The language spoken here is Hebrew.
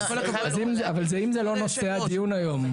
עם כל הכבוד --- אז אם זה לא נושא הדיון --- אדוני היושב ראש,